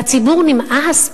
לציבור נמאס,